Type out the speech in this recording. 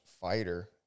fighter